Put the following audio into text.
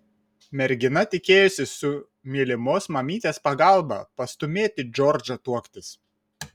mergina tikėjosi su mylimos mamytės pagalba pastūmėti džordžą tuoktis